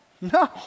No